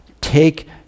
Take